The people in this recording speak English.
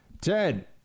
Ted